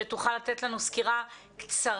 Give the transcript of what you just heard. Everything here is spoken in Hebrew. שתוכל לתת לנו סקירה קצרה.